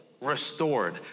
restored